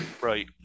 right